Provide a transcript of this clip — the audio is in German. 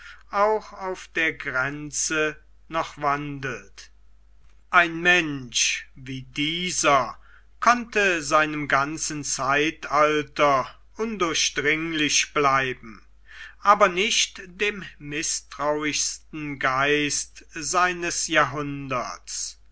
auch auf der grenze noch wandelt ein mensch wie dieser konnte seinem ganzen zeitalter undurchdringlich bleiben aber nicht dem größten kenner der gemüther nicht dem mißtrauischsten geiste seines jahrhunderts